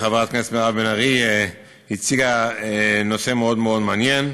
חברת הכנסת מירב בן ארי הציגה נושא מאוד מאוד מעניין,